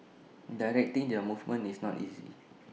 directing their movement is not easy